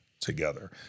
together